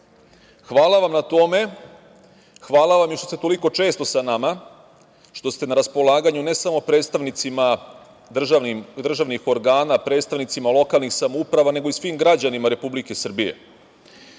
vam na tome. Hvala vam i što ste toliko često sa nama, što ste na raspolaganju ne samo predstavnicima državnih organa, predstavnicima lokalnih samouprava nego i svim građanima Republike